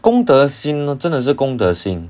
公德心真的是公德心